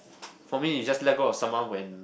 for me is just let go of someone when